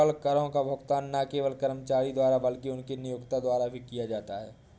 payroll करों का भुगतान न केवल कर्मचारी द्वारा बल्कि उनके नियोक्ता द्वारा भी किया जाता है